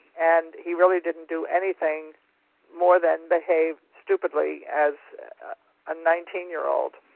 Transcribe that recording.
and he really didn't do anything more than behave stupidly as a nineteen year old.